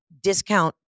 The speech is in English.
discount